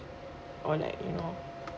or like you know